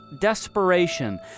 desperation